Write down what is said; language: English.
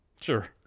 Sure